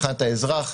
מבחינת האזרח,